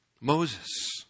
Moses